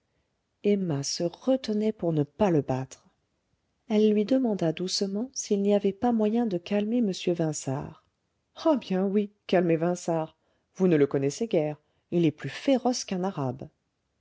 emma se retenait pour ne pas le battre elle lui demanda doucement s'il n'y avait pas moyen de calmer m vinçart ah bien oui calmer vinçart vous ne le connaissez guère il est plus féroce qu'un arabe